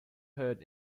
heard